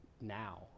now